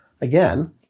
again